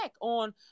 on